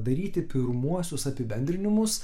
daryti pirmuosius apibendrinimus